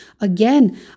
again